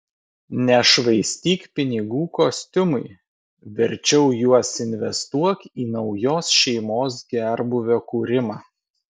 nešvaistyk pinigų kostiumui verčiau juos investuok į naujos šeimos gerbūvio kūrimą